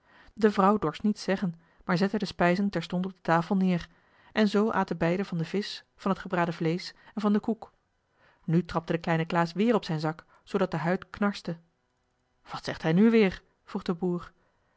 de vrouw dorst niets zeggen maar zette de spijzen terstond op de tafel neer en zoo aten beiden van den visch van het gebraden vleesch en van den koek nu trapte de kleine klaas weer op zijn zak zoodat de huid knarste wat zegt hij nu weer vroeg de boer